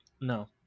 No